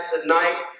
tonight